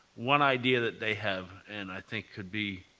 one idea that they have and i think could be